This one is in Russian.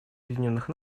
объединенных